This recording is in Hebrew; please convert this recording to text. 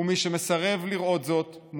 ומי שמסרב לראות זאת,